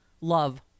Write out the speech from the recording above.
love